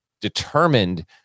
determined